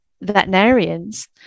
veterinarians